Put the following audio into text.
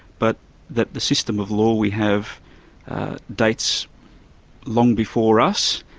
but that the system of law we have dates long before us,